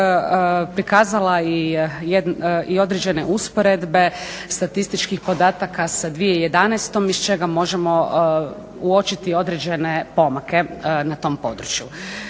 prikazala i određene usporedbe statističkih podataka sa 2011. iz čega možemo uočiti određene pomake na tom području.